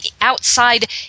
outside